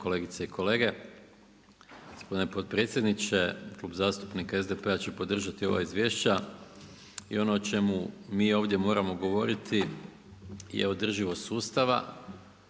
kolegice i kolege. Gospodine potpredsjedniče Klub zastupnika SDP-a će podržati ova izvješća. I ono o čemu mi ovdje moramo govoriti je održivost sustava